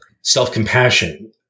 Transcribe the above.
self-compassion